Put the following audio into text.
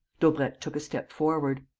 daubrecq took a step forward.